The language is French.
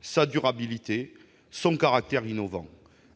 sa durabilité et son caractère innovant.